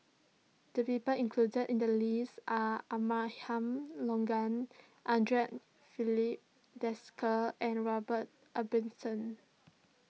the people included in the list are Abraham Logan Andre Filipe Desker and Robert Ibbetson